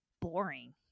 boring